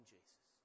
Jesus